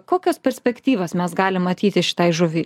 kokios perspektyvas mes galim matyti šitai žuviai